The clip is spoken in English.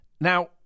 Now